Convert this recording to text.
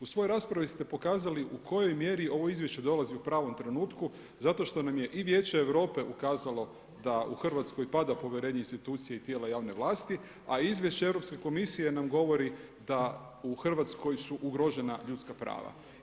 U svojoj raspravi ste pokazali u kojoj mjeri ovo izvješće dolazi u pravom trenutku zato što nam i Vijeće Europe ukazalo da u Hrvatskoj pada povjerenje u institucije i tijela javne vlasti, a izvješće Europske komisije nam govori da u Hrvatskoj su ugrožena ljudska prava.